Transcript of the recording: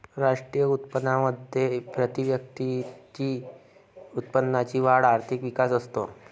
राष्ट्रीय उत्पन्नामध्ये प्रतिव्यक्ती उत्पन्नाची वाढ आर्थिक विकास असतो